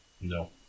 No